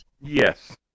Yes